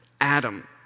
Adam